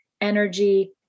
energy